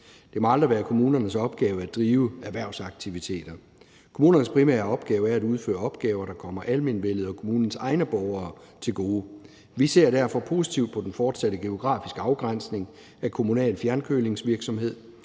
Det må aldrig være kommunernes opgave at drive erhvervsaktiviteter. Kommunernes primære opgave er at udføre opgaver, der kommer almenvellet og kommunens egne borgere til gode. Vi ser derfor positivt på den fortsatte geografiske afgrænsning af kommunal fjernkølingsvirksomhed